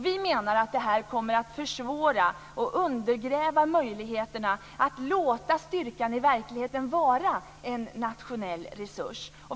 Vi menar att det kommer att försvåra och undergräva möjligheterna att låta styrkan i verkligheten vara en nationell resurs.